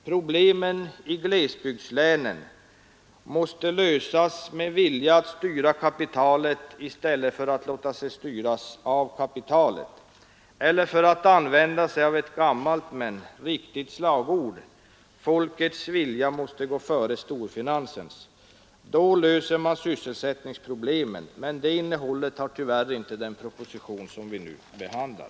Problemen i glesbygdslänen måste lösas med vilja att styra kapitalet i stället för att låta sig styras av kapitalet. Eller för att använda sig av ett gammalt men riktigt slagord: Folkets vilja måste gå före storfinansens. Då löser man sysselsättningsproblemen, men det innehållet har tyvärr inte den proposition vi nu behandlar.